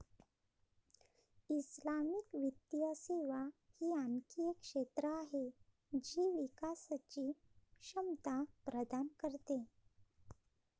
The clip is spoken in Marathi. इस्लामिक वित्तीय सेवा ही आणखी एक क्षेत्र आहे जी विकासची क्षमता प्रदान करते